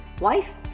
wife